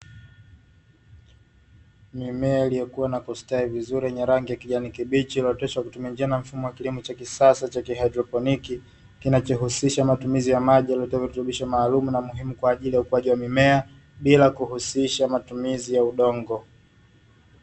Mimea iliyokuwa na kustawi vizuri yeny rangi ya kijani kibichi, iliyooteshwa kutumia njia na mfumo wa kilimo cha kisasa cha kihaidroponi, kinachohusisha matumizi ya maji yaliyotiwa virutubiso maalumu na muhimu kwa ajili ya ukuaji wa mimea bila kuhusisha matumizi ya udongo.